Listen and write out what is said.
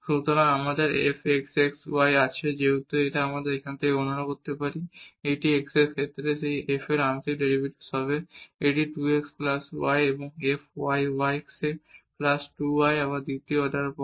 সুতরাং আমাদের f x x y আছে যেহেতু আমরা এখান থেকে গণনা করতে পারি এটি x এর ক্ষেত্রে এই f এর আংশিক ডেরিভেটিভ হবে এটি 2 x প্লাস y এবং f y x plus 2 y আবার দ্বিতীয় অর্ডার পদ